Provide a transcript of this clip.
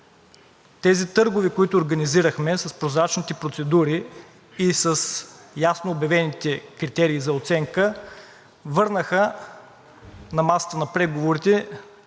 Тези търгове, които организирахме с прозрачните процедури и с ясно обявените критерии за оценка, върнаха на масата на преговорите